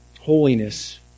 holiness